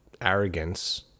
arrogance